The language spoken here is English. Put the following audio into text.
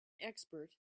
expert